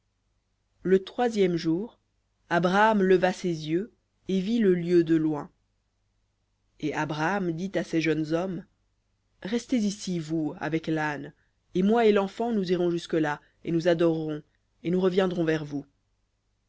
le troisième jour abraham leva ses yeux et vit le lieu de loin et abraham dit à ses jeunes hommes restez ici vous avec l'âne et moi et l'enfant nous irons jusque-là et nous adorerons et nous reviendrons vers vous